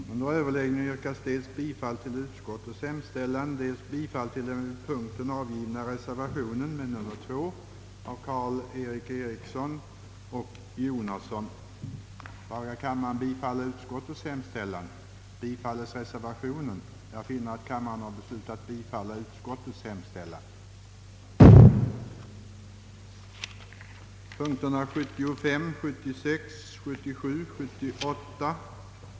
Herr talman! Till herr Mossberger vill jag bara säga att vi motionärer väl känner till avslagsmotiveringen, men vi anser att skolan behöver stöd också under väntetiden. I denna vår uppfattning instämmer skogsstyrelsen, som i sina petita framhåller följande: »I avvaktan på det slutliga ställningstagande som kan väntas föreligga sedan skogsbrukets yrkesutbildningskommitté framlagt sitt slutbetänkande anser skogsstyrelsen att den nu aktuella verksamheten vid skolan bör stödjas.» Enligt departementschefens mening borde erforderliga medel för sjöregleringsforskning på grund av minskat bidrag från vattenkraftsintressenter kunna utgå ur de fiskeavgiftsmedel vilka upptoges enligt 2 kap. 10 § vattenlagen.